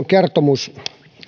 kertomus